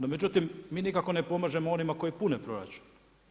No međutim, mi nikako ne pomažemo onima koji pune proračun.